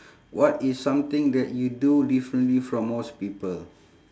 what is something that you do differently from most people